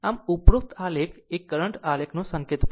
આમ ઉપરોક્ત આલેખ એ કરંટ આલેખનો સંકેત પણ છે